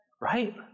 Right